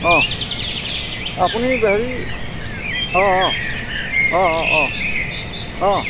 অঁ আপুনি হেৰি অঁ অঁ অঁ অঁ অঁ অঁ